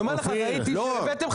שראיתי.